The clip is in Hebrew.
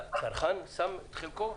הצרכן שם את חלקו,